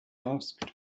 asked